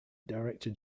director